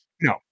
No